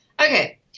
Okay